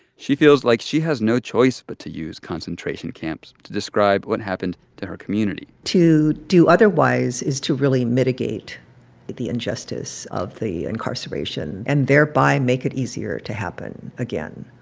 she feels like she has no choice but to use concentration camps to describe what happened to her community to do otherwise is to really mitigate the injustice of the incarceration and thereby make it easier to happen again.